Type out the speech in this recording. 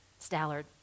Stallard